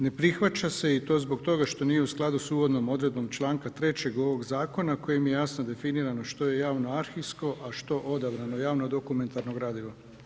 Ne prihvaća se i to zbog toga što nije u skladu s uvodnom odredbom članka 3. ovog zakona kojim je jasno definirano što je javno arhivsko, a što odabrano javno dokumentarno gradivo.